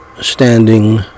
standing